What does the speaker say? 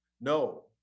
No